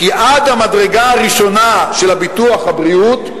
כי עד המדרגה הראשונה של ביטוח הבריאות,